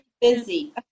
busy